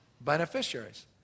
beneficiaries